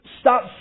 Stop